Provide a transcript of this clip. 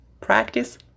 practice